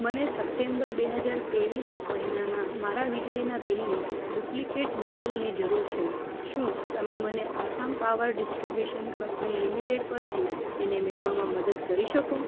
મને સપ્ટેમ્બર બે હજાર ત્રેવીસ મહિનાનાં મારા વીજળીનાં બિલની ડુપ્લિકેટ નકલની જરૂર છે શું તમે મને Assam power distribution company limited પરથી તેને મેળવવામાં મદદ કરી શકો